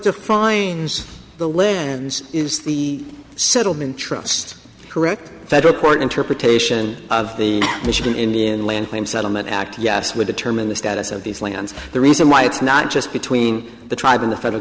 defines the lens is the settlement trust correct federal court interpretation of the michigan indian land claim settlement act yes we determine the status of these lands the reason why it's not just between the tribe in the federal